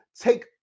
take